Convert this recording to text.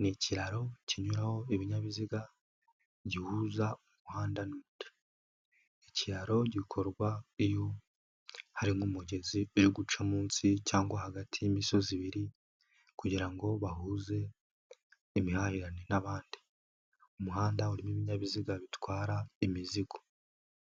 Ni ikiraro kinyuraho ibinyabiziga, gihuza umuhanda n'undi. Ikiraro gikorwa iyo harimo umugezi urimo guca munsi cyangwa hagati y'imisozi ibiri kugira ngo bahuze n'imihahirane n'abandi. Umuhanda urimo ibinyabiziga bitwara imizigo.